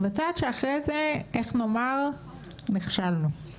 ובצעד שאחרי זה, איך נאמר, נכשלנו.